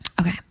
Okay